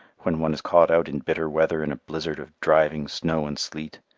when one is caught out in bitter weather in a blizzard of driving snow and sleet,